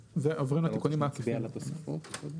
שנצביע על התוספות קודם?